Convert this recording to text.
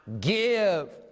give